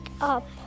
up